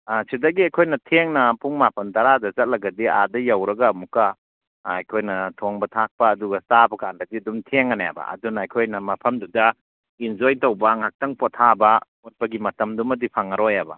ꯁꯤꯗꯒꯤ ꯑꯩꯈꯣꯏꯅ ꯊꯦꯡꯅ ꯄꯨꯡ ꯃꯥꯄꯟ ꯇꯔꯥꯗ ꯆꯠꯂꯒꯗꯤ ꯑꯥꯗ ꯌꯧꯔꯒ ꯑꯃꯨꯛꯀ ꯑꯩꯈꯣꯏꯅ ꯊꯣꯡꯕ ꯊꯥꯛꯄ ꯑꯗꯨꯒ ꯆꯥꯕꯀꯥꯟꯗꯗꯤ ꯑꯗꯨꯝ ꯊꯦꯡꯉꯅꯦꯕ ꯑꯗꯨꯅ ꯑꯩꯈꯣꯏꯅ ꯃꯐꯝꯗꯨꯗ ꯑꯦꯟꯖꯣꯏ ꯇꯧꯕ ꯉꯥꯛꯇꯪ ꯄꯣꯊꯥꯕ ꯈꯣꯠꯄꯒꯤ ꯃꯇꯝꯗꯨꯃꯗꯨ ꯐꯪꯉꯔꯣꯏꯌꯦꯕ